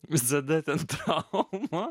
visada tas oho